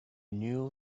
new